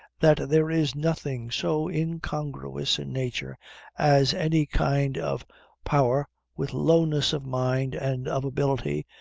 that there is nothing so incongruous in nature as any kind of power with lowness of mind and of ability,